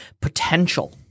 potential